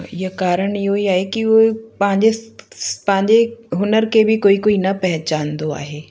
इयं कारण इहो ई आहे कि उहो पंहिंजे पंहिंजे हुनर के बि कोई कोई न पहचांदो आहे